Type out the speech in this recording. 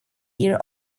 year